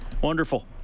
Wonderful